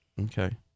Okay